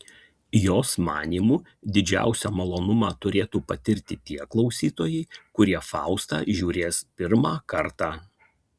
jos manymu didžiausią malonumą turėtų patirti tie klausytojai kurie faustą žiūrės pirmą kartą